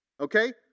Okay